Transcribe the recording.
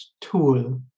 tool